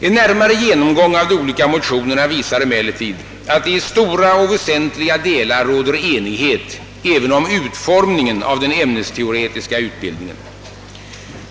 En närmare genomgång av de olika motionerna visar emellertid att det i stora och väsentliga delar råder enighet även om utformningen av den ämnesteoretiska utbildningen.